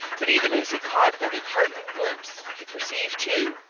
but even as he caught that enheartening glimpse he perceived, too,